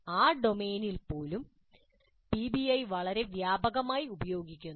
ആ ഡൊമെയ്നിൽ business management പോലും പിബിഐ വളരെ വ്യാപകമായി ഉപയോഗിക്കുന്നു